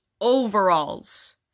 Overalls